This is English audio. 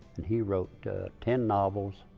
and he wrote ten novels,